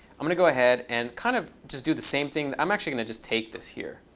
i'm going to go ahead and kind of just do the same thing. i'm actually going to just take this here,